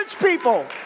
people